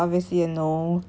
when running so